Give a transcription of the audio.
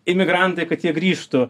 imigrantai kad jie grįžtų